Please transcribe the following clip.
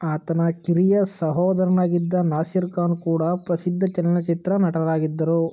ಆತನ ಕಿರಿಯ ಸಹೋದರನಾಗಿದ್ದ ನಾಸಿರ್ ಖಾನ್ ಕೂಡ ಪ್ರಸಿದ್ಧ ಚಲನಚಿತ್ರ ನಟರಾಗಿದ್ದರು